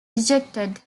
rejected